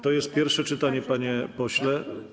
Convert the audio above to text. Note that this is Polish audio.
To jest pierwsze czytanie, panie pośle.